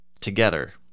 together